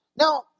Now